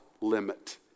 limit